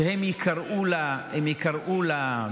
שהם ייקראו לדגל.